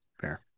fair